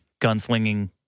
gunslinging